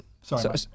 sorry